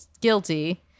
guilty